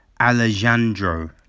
Alejandro